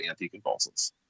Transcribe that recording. anticonvulsants